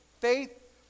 faith